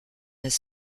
n’est